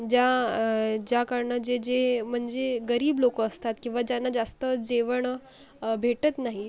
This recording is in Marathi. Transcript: ज्या ज्याकडनं जे जे म्हणजे गरीब लोक असतात किंवा ज्यांना जास्त जेवण भेटत नाही